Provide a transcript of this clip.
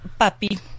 Papi